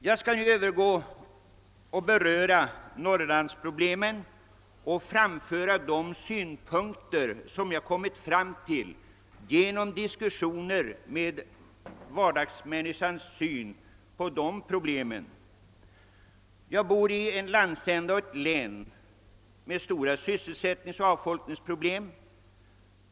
Jag skall nu övergå till att beröra Norrlandsproblemen och framföra de synpunkter som jag kommit fram till genom diskussioner om vardagsmänniskans syn på dessa problem. Jag bor i en landsända och i ett län med stora sysselsättningsoch avfolkningsproblem.